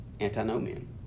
antinomian